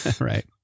Right